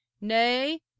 nay